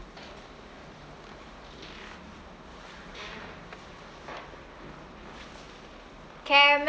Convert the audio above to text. caramel